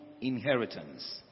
inheritance